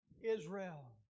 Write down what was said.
Israel